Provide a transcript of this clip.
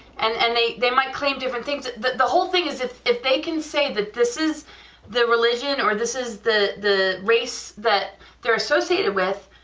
and and they they might claim different things but the whole thing is, if if they can say that this is the religion or this is the the race that they're associated with,